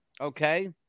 Okay